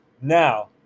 now